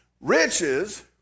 riches